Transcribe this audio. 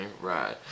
right